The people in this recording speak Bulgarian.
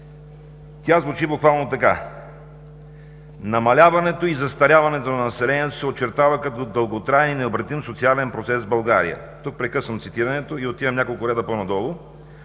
Тя звучи буквално така: